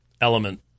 element